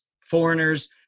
foreigners